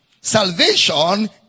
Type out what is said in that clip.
salvation